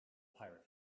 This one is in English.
pirate